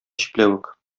чикләвек